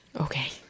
Okay